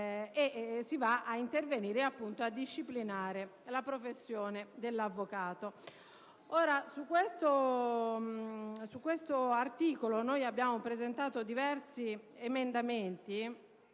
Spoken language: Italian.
tutta la discussione e va a disciplinare la professione dell'avvocato. Su questo articolo abbiamo presentato diversi emendamenti,